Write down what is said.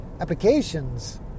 applications